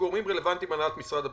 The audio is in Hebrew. גורמים רלוונטיים בהנהלת משרד הבריאות,